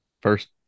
first